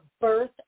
birth